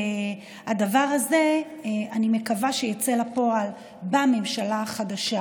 אני מקווה שהדבר הזה יצא לפועל בממשלה החדשה.